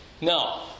no